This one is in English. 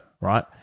right